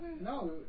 No